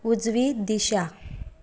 उजवी दिशा